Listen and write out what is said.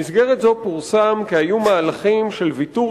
במסגרת זו פורסם כי היו מהלכים של ויתור